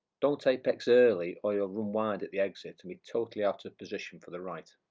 don't apex early or you'll run wide at the exit and be totally out of position for the right,